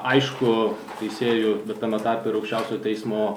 aišku teisėjų bet tame tarpe ir aukščiausiojo teismo